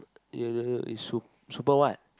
here it's soup super what